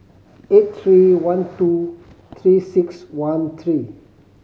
eight three one two Three Six One three